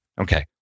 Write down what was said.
Okay